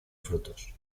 frutos